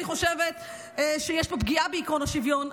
אני חושבת שיש פה פגיעה בעקרון השוויון,